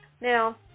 Now